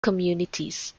communities